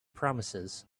promises